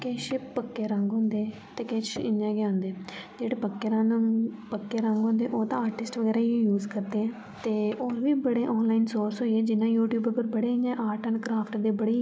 किश पक्के रंग होंदे ते किश इ'यां गे होंदे जेह्ड़े पक्के पक्के रंग होंदे ओह् ते आर्टिस्ट बगैरा ई यूज़ करदे ते हून बी बड़े आनलाइन सोर्से होई ऐ जि'यां यूट्यूब पर इ'यां आर्ट एन्ड क्राफ्ट दे बड़ी गै